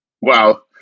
Wow